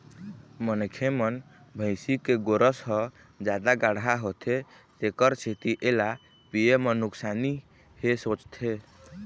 मनखे मन भइसी के गोरस ह जादा गाड़हा होथे तेखर सेती एला पीए म नुकसानी हे सोचथे